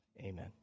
amen